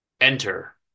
Enter